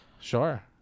Sure